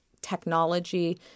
technology